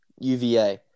UVA